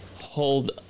hold